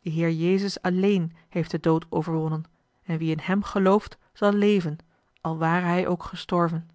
heer jezus alleen heeft den dood overwonnen en wie in hem gelooft zal leven al ware hij ook gestorven